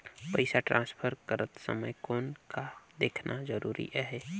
पइसा ट्रांसफर करत समय कौन का देखना ज़रूरी आहे?